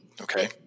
Okay